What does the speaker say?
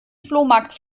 flohmarkt